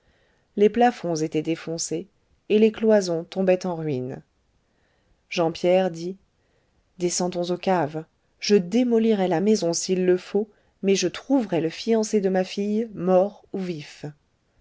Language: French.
les plafonds étaient défoncés et les cloisons tombaient en ruine jean pierre dit descendons aux caves je démolirai la maison s'il le faut mais je trouverai le fiancé de ma fille mort ou vif